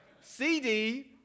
CD